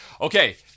Okay